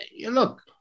look